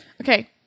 Okay